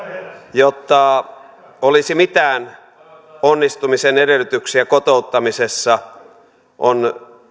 jotta olisi mitään onnistumisen edellytyksiä kotouttamisessa on